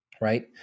right